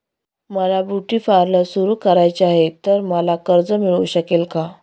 मला beauty parlour सुरू करायचे आहे तर मला कर्ज मिळू शकेल का?